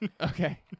Okay